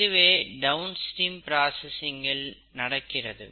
இதுவே downstream processing இல் நடக்கிறது